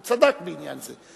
הוא צדק בעניין זה.